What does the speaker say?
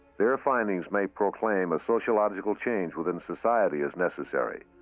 their findings may proclaim a sociological change within society is necessary.